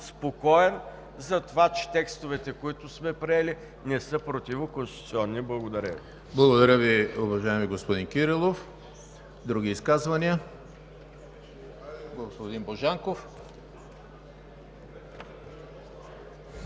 спокоен за това, че текстовете, които сме приели, не са противоконституционни. Благодаря Ви. ПРЕДСЕДАТЕЛ ЕМИЛ ХРИСТОВ: Благодаря Ви, уважаеми господин Кирилов. Други изказвания? Господин Божанков.